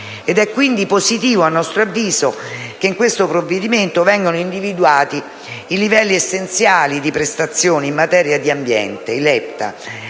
È quindi positivo che in questo provvedimento vengano individuati i livelli essenziali di prestazioni in materia di ambiente (i LEPTA),